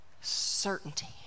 Certainty